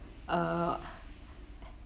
err